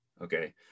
okay